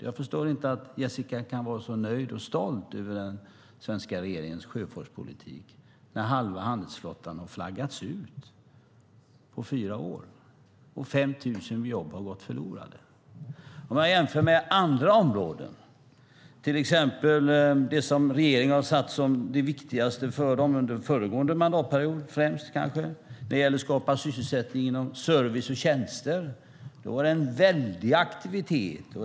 Jag förstår inte att Jessica kan vara så nöjd och stolt över den svenska regeringens sjöfartspolitik när halva handelsflottan har flaggats ut på fyra år och 5 000 jobb har gått förlorade. Jag kan jämföra med andra områden, till exempel det som regeringen har satt som det viktigaste för dem, kanske främst under föregående mandatperiod. När det gäller att skapa sysselsättning inom service och tjänster är det en väldig aktivitet.